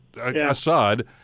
Assad